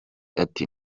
ati